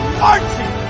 marching